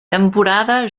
temporada